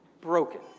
broken